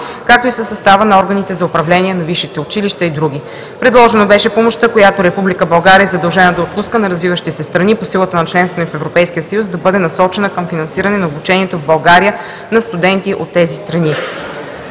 както и със състава на органите за управление на висшите училища и други. Предложено беше помощта, която Република България е задължена да отпуска на развиващи се страни, по силата на членството ни в Европейския съюз, да бъде насочена към финансиране на обучението в България на студенти от тези страни.